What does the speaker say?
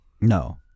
No